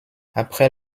après